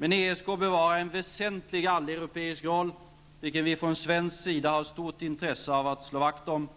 Men ESK bevarar en väsentlig alleuropeisk roll, vilken vi från svensk sida har stort intresse av att slå vakt om.